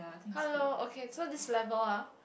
hello okay so this level ah